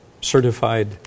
certified